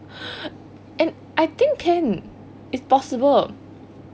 I think can it's possible